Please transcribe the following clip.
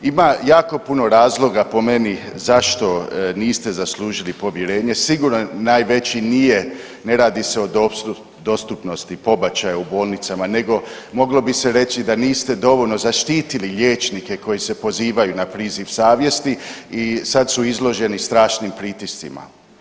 Ima jako puno razloga po meni zašto niste zaslužili povjerenje, sigurno najveći nije ne radi se o dostupnosti pobačaja u bolnicama nego moglo bi se reći da niste dovoljno zaštitili liječnike koji se pozivaju na priziv savjesti i sad su izloženi strašnim pritiscima.